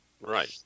Right